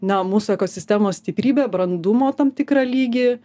na mūsų ekosistemos stiprybę brandumo tam tikrą lygį